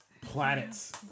Planets